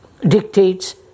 dictates